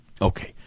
Okay